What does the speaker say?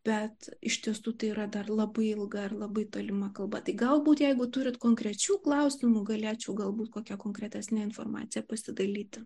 bet iš tiesų tai yra dar labai ilga ir labai tolima kalba tai galbūt jeigu turit konkrečių klausimų galėčiau galbūt kokia konkretesne informacija pasidalyti